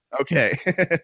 Okay